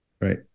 right